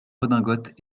redingotes